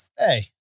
Hey